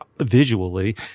visually